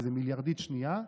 כי זה מיליארדית שנייה,